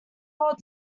bolt